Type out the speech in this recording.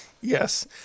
Yes